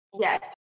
yes